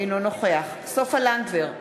אינו נוכח סופה לנדבר,